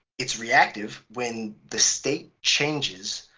it's reactive, when the state changes,